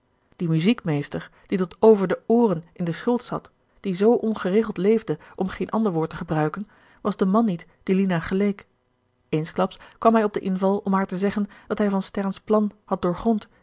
die muziekmeester die tot over de ooren in de schuld zat die zoo ongeregeld leefde om geen ander woord te gebruiken was de man niet die lina geleek eensklaps kwam hij op den inval om haar te zeggen dat hij van sterrens plan had doorgrond